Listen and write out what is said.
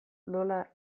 nola